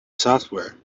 software